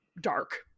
dark